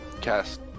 cast